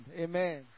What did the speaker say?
Amen